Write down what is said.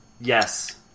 Yes